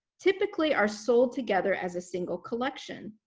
typically are sold together as a single collection.